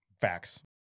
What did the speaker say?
Facts